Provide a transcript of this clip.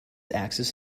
axis